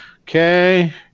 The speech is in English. Okay